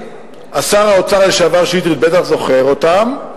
שר האוצר לשעבר שטרית ודאי זוכר אותן,